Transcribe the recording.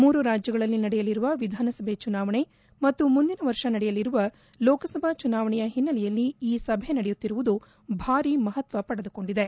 ಮೂರು ರಾಜ್ಯಗಳಲ್ಲಿ ನಡೆಯಲಿರುವ ವಿಧಾನಸಭೆ ಚುನಾವಣೆ ಮತ್ತು ಮುಂದಿನ ವರ್ಷ ನಡೆಯಲಿರುವ ಲೋಕಸಭಾ ಚುನಾವಣೆಯ ಹಿನ್ನೆಲೆಯಲ್ಲಿ ಈ ಸಭೆ ನಡೆಯುತ್ತಿರುವುದು ಭಾರಿ ಮಹತ್ವ ಪಡೆದುಕೊಂಡಿದೆ